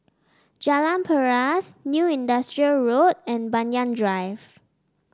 Jalan Paras New Industrial Road and Banyan Drive